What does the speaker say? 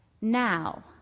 Now